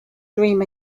dream